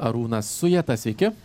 arūnas sujeta sveiki